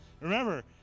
Remember